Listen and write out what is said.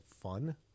Fun